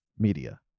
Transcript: media